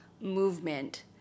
movement